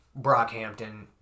Brockhampton